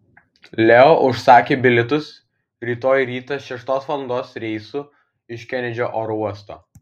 leo užsakė bilietus rytoj rytą šeštos valandos reisu iš kenedžio oro uosto